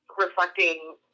reflecting